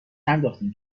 ننداختیم